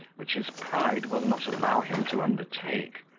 which his pride will not allow him to undertake.